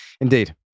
indeed